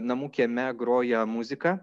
namų kieme groja muzika